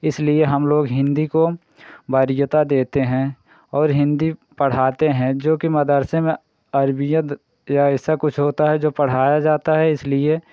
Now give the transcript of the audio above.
इसलिए हम लोग हिन्दी को वरीयता देते हैं और हिन्दी पढ़ाते हैं जोकि मदर्से में अरबी या ऐसा कुछ होता है जो पढ़ाया जाता है इसलिए